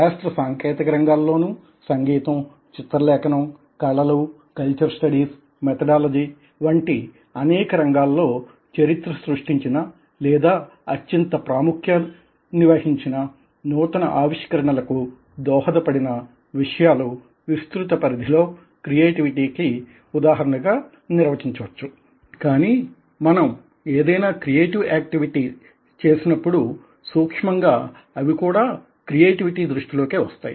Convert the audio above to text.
శాస్త్ర సాంకేతిక రంగాలలోనూ సంగీతం చిత్రలేఖనం కళలు కల్చర్ స్టడీస్ మెథడాలజీ వంటి అనేక రంగాలలో చరిత్ర సృష్టించిన లేదా అత్యంత ప్రాముఖ్యాన్ని వహించిన నూతన ఆవిష్కరణలకు దోహదపడిన విషయాలు విస్తృత పరిధిలో క్రియేటివిటీకి ఉదాహరణగా నిర్వచించవచ్చు కానీ మనం ఏదైనా క్రియేటివ్ ఆక్టివిటీస్ చేసినప్పుడు సూక్ష్మంగా అవి కూడా క్రియేటివిటీ దృష్టిలో కే వస్తాయి